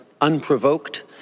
unprovoked